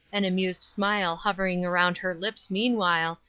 an amused smile hovering around her lips meanwhile,